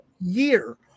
year